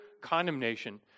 condemnation